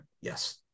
yes